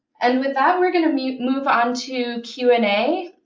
and with that, we're going to move move on to q and a.